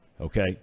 okay